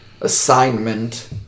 Assignment